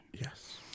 yes